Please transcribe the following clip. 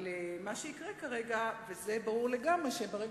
מה שיקרה כרגע, וזה ברור לגמרי, ברגע